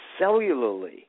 cellularly